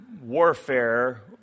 warfare